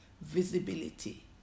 visibility